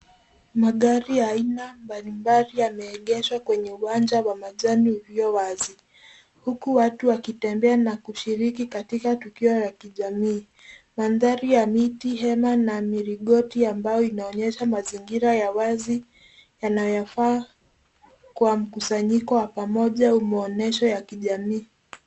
Magari ya aina mbalimbali yameegeshwa kwenye uwanja wa majani ulio wazi huku watu wakitembea na kushiriki katika tukio la kijamii. Mandhari ya miti, hema na milingoti ya mbao vinaonyesha mazingira ya wazi yanayofaa kwa mkusanyiko wa pamoja au maonyesho ya kijamii.